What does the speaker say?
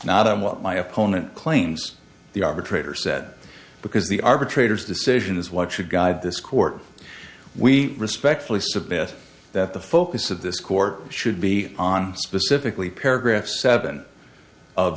not on what my opponent claims the arbitrator said because the arbitrator's decision is what should guide this court we respectfully submit that the focus of this score should be on specifically paragraph seven of